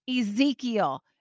Ezekiel